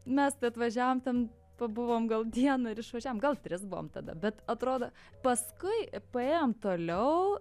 mes tai atvažiavom ten pabuvom gal dieną ir išvažiavom gal tris buvom tada bet atrodo paskui paėjom toliau